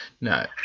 no